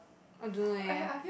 I don't know eh